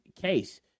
case